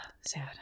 Sad